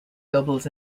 doubles